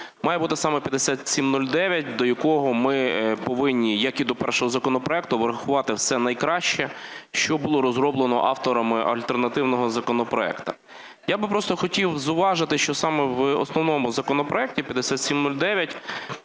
має бути саме 5709, до якого ми повинні, як і до першого законопроекту, врахувати все найкраще, що було розроблено авторами альтернативного законопроекту. Я би просто хотів зауважити, що саме в основному законопроекті 5709